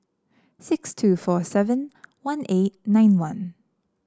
six two four seven one eight nine one